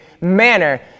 manner